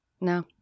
No